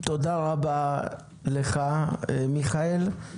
תודה רבה לך מיכאל.